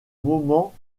moment